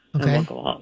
okay